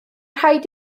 rhaid